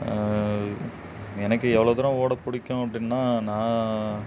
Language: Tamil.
எனக்கு எவ்வளோ தூரம் ஓடப் பிடிக்கும் அப்படின்னா நான்